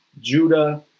Judah